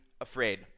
afraid